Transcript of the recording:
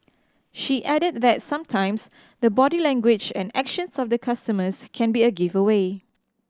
she added that sometimes the body language and actions of the customers can be a giveaway